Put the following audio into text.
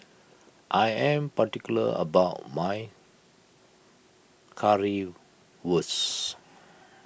I am particular about my Currywurst